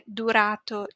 durato